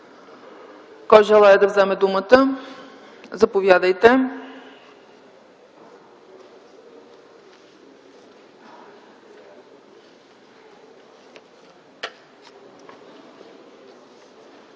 Кой желае да вземе думата? Заповядайте.